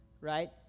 right